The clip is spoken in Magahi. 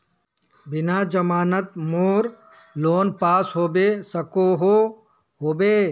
बिना जमानत मोर लोन पास होबे सकोहो होबे?